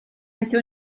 fece